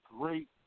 great